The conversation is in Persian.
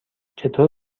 چطور